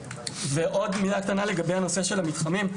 עוד מילה אחת לנושא של המתחמים.